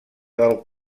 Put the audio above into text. del